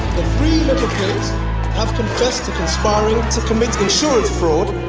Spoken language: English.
the three little pigs have confessed to conspiring to commit insurance fraud.